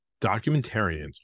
documentarians